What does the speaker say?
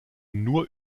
nur